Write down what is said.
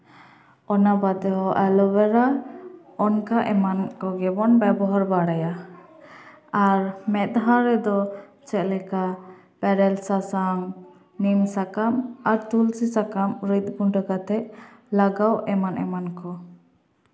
ᱚᱱᱟ ᱵᱟᱫᱮ ᱦᱚᱸ ᱮᱞᱳᱵᱮᱨᱟ ᱚᱱᱠᱟ ᱮᱢᱟᱱ ᱠᱚᱜᱮ ᱵᱚᱱ ᱵᱮᱵᱚᱦᱟᱨ ᱵᱟᱲᱟᱭᱟ ᱟᱨ ᱢᱮᱫᱼᱦᱟ ᱨᱮᱫᱚ ᱪᱮᱫᱞᱮᱠᱟ ᱵᱮᱨᱮᱞ ᱥᱟᱥᱟᱝ ᱱᱤᱢ ᱥᱟᱠᱟᱢ ᱟᱨ ᱛᱩᱞᱥᱤ ᱥᱟᱠᱟᱢ ᱨᱤᱫ ᱜᱩᱸᱰᱟᱹ ᱠᱟᱛᱮ ᱞᱟᱜᱟᱣ ᱮᱢᱟᱱ ᱮᱢᱟᱱ ᱠᱚ